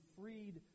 freed